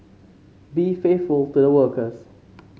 be faithful to the workers